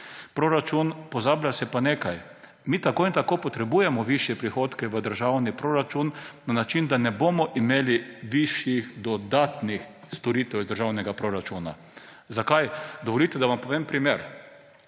proračun, pozablja se pa na nekaj – mi tako in tako potrebujemo višje prihodke v državni proračun na način, da ne bomo imeli višjih dodatnih storitev iz državnega proračuna. Zakaj? Dovolite, da vam povem primer.